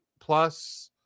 plus